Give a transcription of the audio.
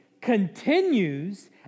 continues